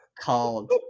called